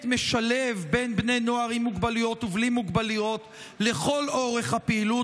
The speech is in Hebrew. משלב בין בני נוער עם מוגבלויות ובלי מוגבלויות לכל אורך הפעילות,